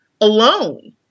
alone